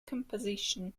composition